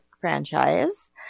franchise